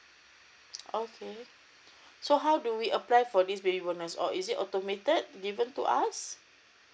okay so how do we apply for this baby bonus or is it automated given to us